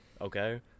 okay